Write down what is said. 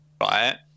right